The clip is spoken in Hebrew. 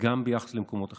גם ביחס למקומות אחרים.